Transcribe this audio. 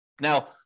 Now